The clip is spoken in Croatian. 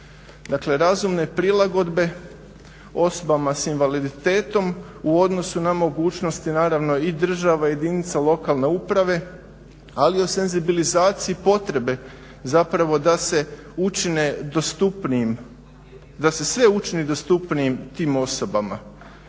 razumne prilagodbe osobama s invaliditetom u odnosu na mogućnost naravno i države i jedinica lokalne uprave, ali i o senzibilizaciji potrebe zapravo da se učine dostupnijim, da